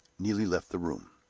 neelie left the room.